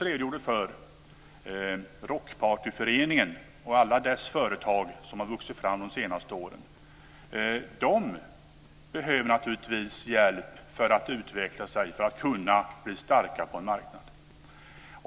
Rockpartyföreningen och alla dess företag som vuxit fram under de senaste åren, vilket jag nyss redogjorde för, behöver naturligtvis hjälp för att kunna utvecklas och bli starka på marknaden.